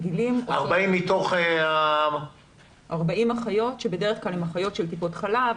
40 אחיות שבדרך כלל הן אחיות של טיפות חלב,